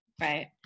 Right